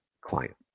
client